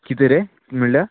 कितें रे म्हुणल्यार